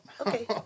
Okay